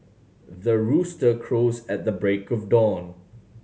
the rooster crows at the break of dawn